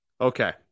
Okay